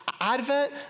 Advent